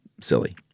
silly